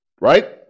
Right